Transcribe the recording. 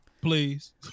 Please